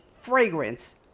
fragrance